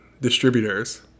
distributors